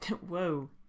whoa